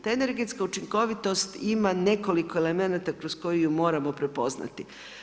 Ta energetska učinkovitost ima nekoliko elemenata kroz koju ju moramo prepoznati.